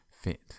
fit